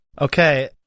okay